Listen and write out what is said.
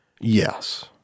Yes